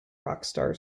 rockstar